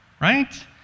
right